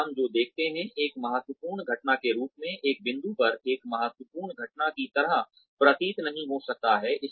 अब हम जो देखते हैं एक महत्वपूर्ण घटना के रूप में एक बिंदु पर एक महत्वपूर्ण घटना की तरह प्रतीत नहीं हो सकता है